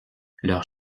leurs